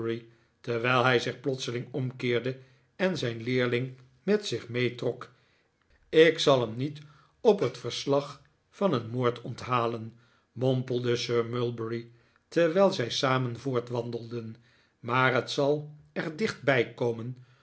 terwijl hij zich plotseling omkeerde en zijn leerling met zich meetrok ik zal hem niet ww nikolaas nickleby op het verslag van een moord onthalen mompelde sir mulberry terwijl zij samen voortwandelden maar het zal er dicht bij komen